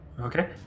Okay